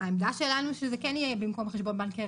העמדה שלנו שזה כן יהיה קרן במקום חשבון בנק.